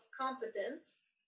competence